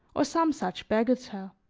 or some such bagatelle